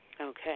Okay